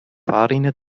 fahrrinne